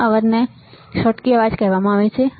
અવાજ ને શોટકી અવાજ પણ કહેવામાં આવે છે અથવા